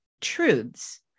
truths